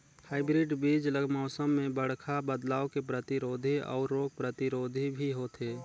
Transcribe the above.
hybrid बीज ल मौसम में बड़खा बदलाव के प्रतिरोधी अऊ रोग प्रतिरोधी भी होथे